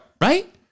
right